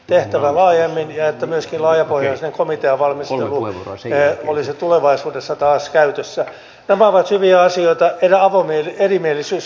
lentävä laajemmin jäädä myöskin laajapohjainen komiteavalmistelu esineet olisi täältä asti pitäisi jo tätä kielikoulutusketjua lähteä viemään eteenpäin